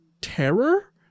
terror